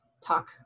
talk